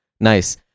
Nice